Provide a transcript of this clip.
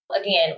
Again